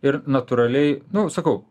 ir natūraliai nu sakau